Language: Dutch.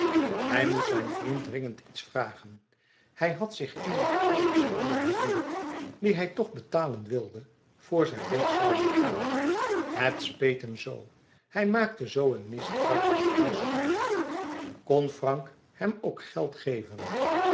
hij moest zijn vriend dringend iets vragen hij had zich eenige oude schulden herinnerd die hij toch betalen wilde voor zij weg zouden gaan het speet hem zoo hij maakte zoo een misbruik van franks goedheid kon frank hem ook geld geven